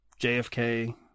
JFK